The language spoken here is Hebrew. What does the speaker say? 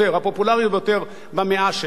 הפופולרית ביותר במאה שלנו,